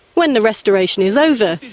when the restoration is over,